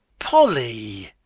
polly!